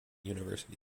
university